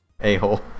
A-hole